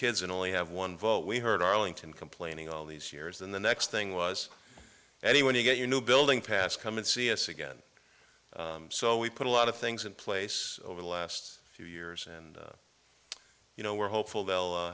kids and only have one vote we heard arlington complaining all these years and the next thing was any when you get your new building pass come and see us again so we put a lot of things in place over the last few years and you know we're hopeful